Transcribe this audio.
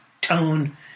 tone—